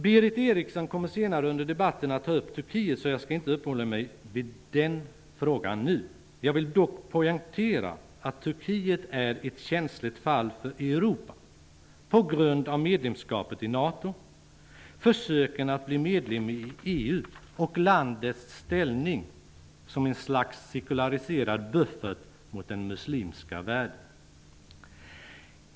Berith Eriksson kommer senare under debatten att ta upp Turkiet, så jag skall inte uppehålla mig vid den frågan nu. Jag vill dock poängtera att Turkiet är ett känsligt fall för Europa på grund av medlemskapet i NATO, försöken att bli medlem i EU och landets ställning som ett slags sekulariserad buffert mot den muslimska världen.